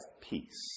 peace